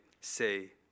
say